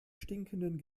stinkenden